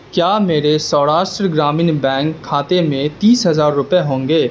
کیا میرے سوراشٹر گرامین بینک کھاتے میں تیس ہزار روپئے ہوں گے